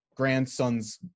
grandson's